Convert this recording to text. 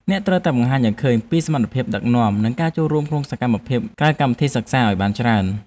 អ្នកត្រូវតែបង្ហាញឱ្យឃើញពីសមត្ថភាពដឹកនាំនិងការចូលរួមក្នុងសកម្មភាពក្រៅកម្មវិធីសិក្សាឱ្យបានច្រើន។